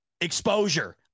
exposure